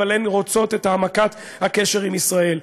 אבל הן רוצות את העמקת הקשר עם ישראל.